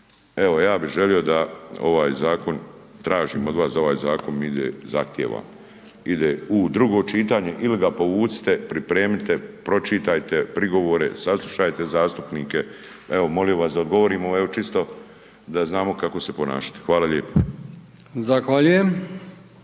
Evo ja bi želio da ovaj zakon, tražim od vas da ovaj zakon ide, zahtijevam, ide u drugo čitanje ili ga povucite, pripremite, pročitajte prigovore, saslušajte zastupnike, evo molio bi vas da odgovorimo, evo čisto da znamo kako se ponašat. Hvala lijepo. **Brkić,